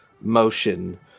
motion